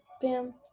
Bam